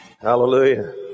Hallelujah